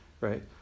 right